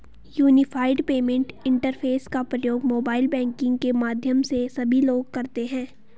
unified payment interface का प्रयोग mobile banking के माध्यम से सभी लोग करते हैं